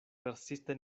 persiste